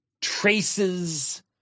traces